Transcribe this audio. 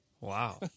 Wow